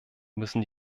müssen